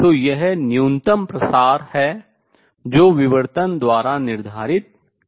तो यह न्यूनतम प्रसार है जो विवर्तन द्वारा निर्धारित किया जाता है